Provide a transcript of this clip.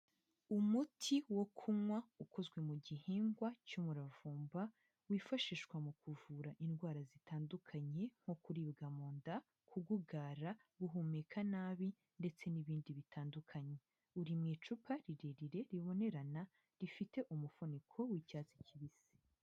Umuti wo kunywa ukozwe mu gihingwa cy'umuravumba, wifashishwa mu kuvura indwara zitandukanye nko kuribwa mu nda, kugugara, guhumeka nabi ndetse n'ibindi bitandukanye. Uri mu icupa rirerire, ribonerana, rifite umufuniko w'icyatsi kibisi.